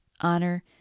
honor